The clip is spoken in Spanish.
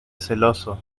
celoso